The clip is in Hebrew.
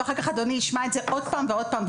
ואחר-כך אדוני ישמע את זה עוד ועוד פעם.